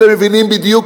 אתם מבינים בדיוק,